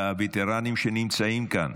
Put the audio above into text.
הווטרנים שנמצאים כאן,